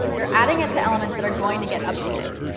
you're adding it to elements that are going to get updated.